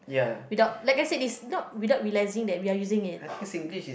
without like I said it's not without realising that we are using it